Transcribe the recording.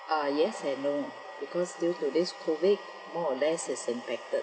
ah yes and no because due to this COVID more or less it's impacted